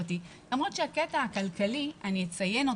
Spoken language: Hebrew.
למרות שאני אציין את הקטע הכלכלי כי